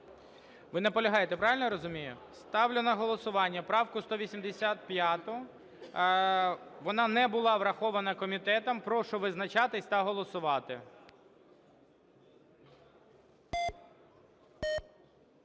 Ви наполягаєте, правильно я розумію? Ставлю на голосування правку 185. Вона не була врахована комітетом. Прошу визначатись та голосувати.